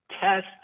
test